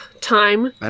Time